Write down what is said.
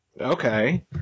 okay